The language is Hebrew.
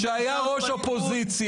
כשהיה ראש האופוזיציה,